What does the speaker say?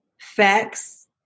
facts